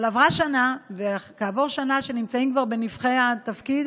אבל עברה שנה וכעבור שנה נמצאים כבר בנבכי התפקיד.